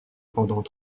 pendant